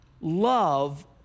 love